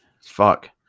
Fuck